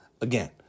again